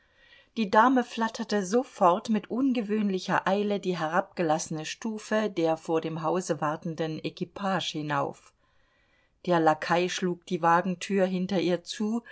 die dame flatterte sofort mit ungewöhnlicher eile die herabgelassene stufe der vor dem hause wartenden equipage hinauf der lakai schlug die wagentür hinter ihr zu